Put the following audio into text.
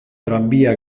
tranbia